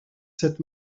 sept